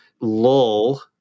lull